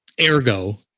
Ergo